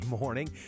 morning